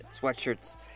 sweatshirts